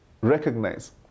recognize